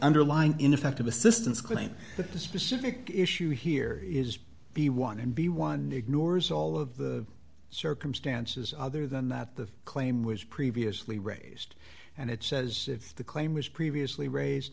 underlying ineffective assistance claim that the specific issue here is the one and b one ignores all of the circumstances other than that the claim was previously raised and it says if the claim was previously raised